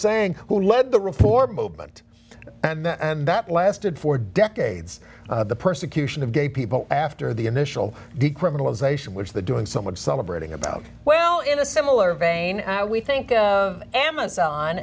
saying who led the reform movement and that lasted for decades the persecution of gay people after the initial decriminalization which the doing some of celebrating about well in a similar vein i we think amazon